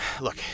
Look